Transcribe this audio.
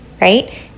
right